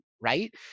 right